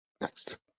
Next